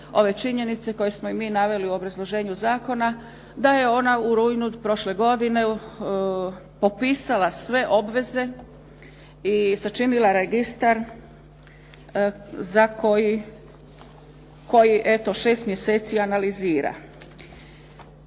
ove činjenice koje smo i mi naveli u obrazloženju zakona, da je ona u rujnu prošle godine popisala sve obveze i sačinila registar za koji eto 6 mjeseci analizira.